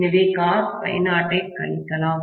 எனவே cos∅0 ஐக் கழிக்கலாம்